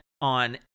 on